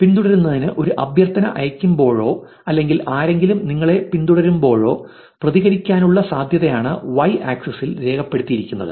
പിന്തുടരുന്നതിന് ഒരു അഭ്യർത്ഥന അയയ്ക്കുമ്പോഴോ അല്ലെങ്കിൽ ആരെങ്കിലും നിങ്ങളെ പിന്തുടരുമ്പോഴോ പ്രതികരിക്കാനുള്ള സാധ്യതയാണ് Y ആക്സിസ് ഇൽ രേഖപ്പെടുത്തിയിരിക്കുന്നു